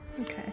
okay